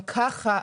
גם ככה,